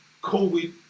COVID